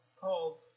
called